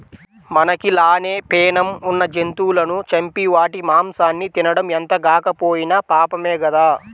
మనకి లానే పేణం ఉన్న జంతువులను చంపి వాటి మాంసాన్ని తినడం ఎంతగాకపోయినా పాపమే గదా